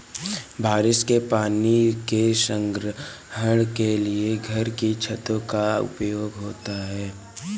बारिश के पानी के संग्रहण के लिए घर की छतों का उपयोग होता है